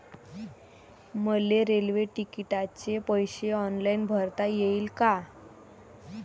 मले रेल्वे तिकिटाचे पैसे ऑनलाईन भरता येईन का?